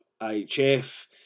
IHF